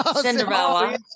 Cinderella